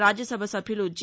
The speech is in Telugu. రాజ్యసభ సభ్యులు జీ